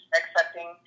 accepting